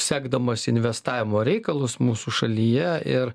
sekdamas investavimo reikalus mūsų šalyje ir